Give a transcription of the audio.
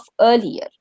earlier